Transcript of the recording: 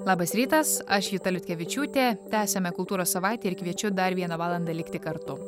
labas rytas aš juta liutkevičiūtė tęsiame kultūros savaitę ir kviečiu dar vieną valandą likti kartu